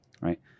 right